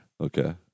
Okay